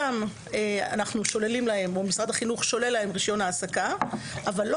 שם משרד החינוך שולל להם רישיון העסקה אבל לא